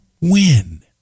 win